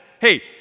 hey